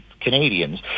Canadians